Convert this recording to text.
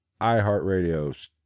iHeartRadio